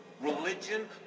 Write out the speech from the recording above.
religion